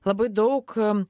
labai daug